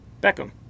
beckham